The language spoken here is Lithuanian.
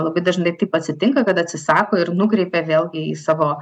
labai dažnai taip atsitinka kad atsisako ir nukreipia vėlgi į savo